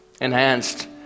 enhanced